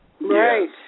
Right